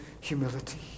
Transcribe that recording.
humility